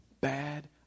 bad